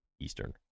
Eastern